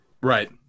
Right